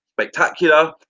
spectacular